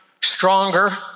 stronger